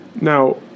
now